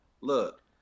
look